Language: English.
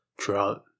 throughout